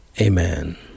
Amen